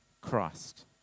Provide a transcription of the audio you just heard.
Christ